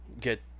get